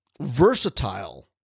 versatile